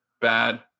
bad